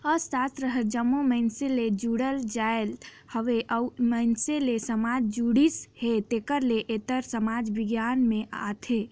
अर्थसास्त्र हर जम्मो मइनसे ले जुड़ल जाएत हवे अउ मइनसे ले समाज जुड़िस हे तेकर ले एहर समाज बिग्यान में आथे